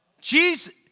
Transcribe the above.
Jesus